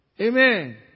Amen